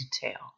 detail